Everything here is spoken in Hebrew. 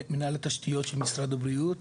מנהל התשתיות של משרד הבריאות,